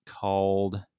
called